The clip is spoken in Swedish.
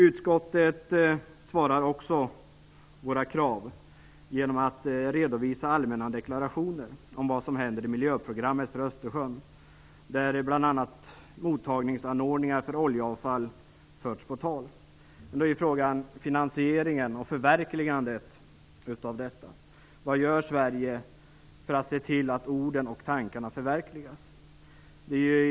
Utskottet besvarar också våra krav genom att redovisa allmänna deklarationer om vad som händer i miljöprogrammet för Östersjön, där bl.a. mottagningsanordningar för oljeavfall förts på tal. Men då är ju frågan hur det blir med finansieringen och förverkligandet av detta. Vad gör Sverige för att se till att orden och tankarna förverkligas?